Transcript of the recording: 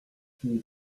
celui